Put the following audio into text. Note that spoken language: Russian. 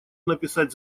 написать